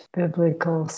biblical